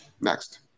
next